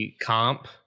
comp